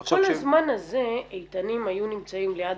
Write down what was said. עכשיו -- כל הזמן הזה איתנים היו נמצאים ליד